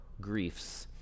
griefs